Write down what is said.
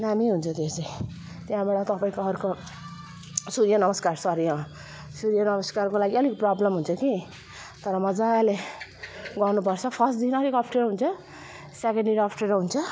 दामी हुन्छ त्यो चाहिँ त्यहाँबाट तपाईँको अर्को सूर्य नमस्कार सरी अँ सुर्य नमस्कारको लागि अलिक प्रब्लम हुन्छ क्या तर मजाले गर्नुपर्छ फर्स्ट दिन अलिक अप्ठ्यारो हुन्छ सेकेन्ड दिन अप्ठ्यारो हुन्छ